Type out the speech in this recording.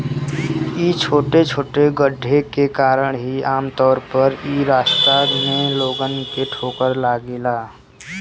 इ छोटे छोटे गड्ढे के कारण ही आमतौर पर इ रास्ता में लोगन के ठोकर लागेला